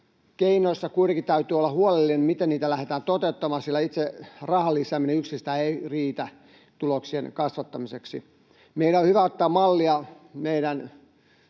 oikea. Kuitenkin täytyy olla huolellinen siinä, miten näitä keinoja lähdetään toteuttamaan, sillä itse rahan lisääminen yksistään ei riitä tuloksien kasvattamiseksi. Meidän on hyvä ottaa mallia ehkä